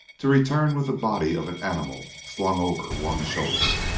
to return with the body of an animal slung over one shoulder.